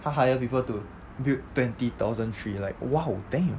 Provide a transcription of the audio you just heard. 他 hire people to build twenty thousand tree like !wow! damn